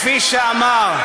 כפי שאמר,